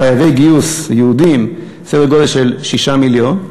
חייבי גיוס יהודים בסדר גודל של 8 מיליון,